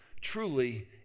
truly